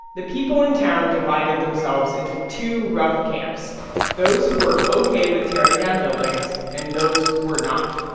the people in town divided themselves into two rough camps those who were ok with tearing down buildings and those who were not.